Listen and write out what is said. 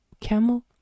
Camel